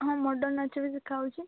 ହଁ ମଡ଼ର୍ଣ୍ଣ ନାଚ ବି ଶିଖା ହେଉଛି